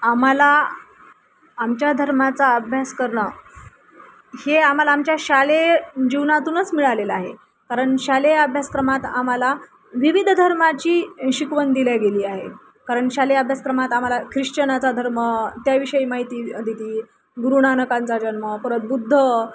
आम्हाला आमच्या धर्माचा अभ्यास करणं हे आम्हाला आमच्या शालेय जीवनातूनच मिळालेलं आहे कारण शालेय अभ्यासक्रमात आम्हाला विविध धर्माची शिकवण दिल्या गेली आहे कारण शालेय अभ्यासक्रमात आम्हाला ख्रिश्चनाचा धर्म त्याविषयी माहिती देती गुरु नानकांचा जन्म परत बुद्ध